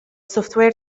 software